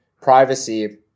privacy